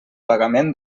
pagament